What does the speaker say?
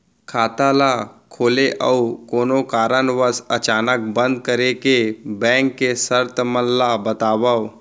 खाता ला खोले अऊ कोनो कारनवश अचानक बंद करे के, बैंक के शर्त मन ला बतावव